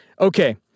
Okay